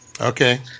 Okay